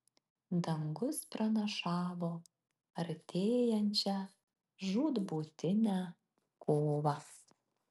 dangus pranašavo artėjančią žūtbūtinę kovą